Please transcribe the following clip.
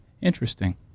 Interesting